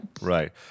right